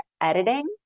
editing